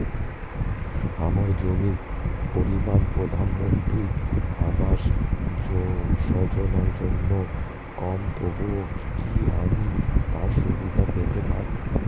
আমার জমির পরিমাণ প্রধানমন্ত্রী আবাস যোজনার জন্য কম তবুও কি আমি তার সুবিধা পেতে পারি?